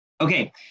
Okay